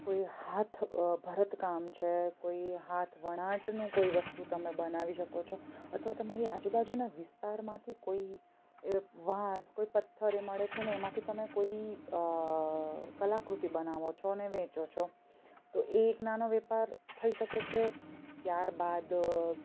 કોઈ હાથ ભરતકામ છે કોઈ હાથ વણાટનું કોઈ વસ્તુ તમે બનાવી શકો છો અથવા તમારી આજુબાજુના વિસ્તારમાંથી કોઈ વાંસ કોઈ પથ્થર એ મળે છે ને એમાંથી તમે કોઈ કલાકૃતિ બનાવો છો અને વેચો છો તો એ એક નાનો વેપાર થઈ શકે છે ત્યાર બાદ